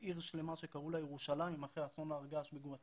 בנינו עיר שלמה שקראו לה ירושלים אחרי אסון הר הגעש בגואטמלה.